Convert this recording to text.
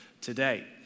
today